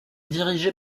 dirigée